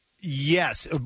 Yes